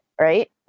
right